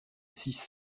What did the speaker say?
six